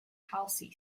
halsey